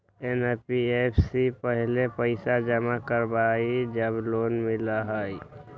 NBFC पहले पईसा जमा करवहई जब लोन मिलहई?